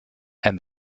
and